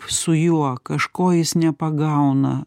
su juo kažko jis nepagauna